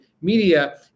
media